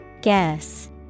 Guess